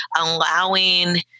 allowing